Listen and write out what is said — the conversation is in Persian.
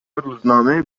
روزنامه